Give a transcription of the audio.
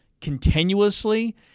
continuously